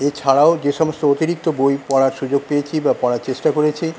এছারাও যে সমস্ত অতিরিক্ত বই পড়ার সুযোগ পেয়েছি বা পড়ার চেষ্টা করেছি